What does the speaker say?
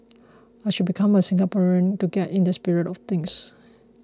I should become a Singaporean to get in the spirit of things